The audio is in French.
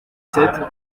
sept